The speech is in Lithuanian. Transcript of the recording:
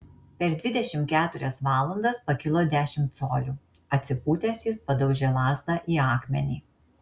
per dvidešimt keturias valandas pakilo dešimt colių atsitūpęs jis padaužė lazdą į akmenį